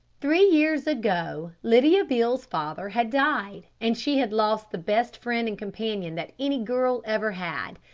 three years ago lydia beale's father had died and she had lost the best friend and companion that any girl ever had.